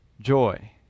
joy